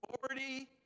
Forty